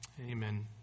Amen